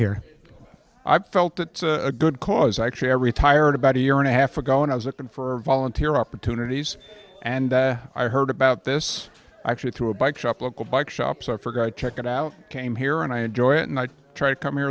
here i felt it a good cause actually i retired about a year and a half ago when i was looking for volunteer opportunities and i heard about this actually through a bike shop local bike shops i forgot to check it out came here and i enjoy it and i try to come here